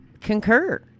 concur